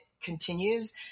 continues